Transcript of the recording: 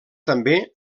també